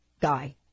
guy